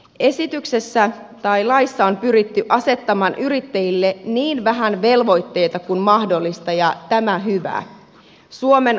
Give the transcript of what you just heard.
esityksessä tai laissa on pyritty asettamaan yrittäjille niin vähän velvoitteita kuin mahdollista ja tämä hyvä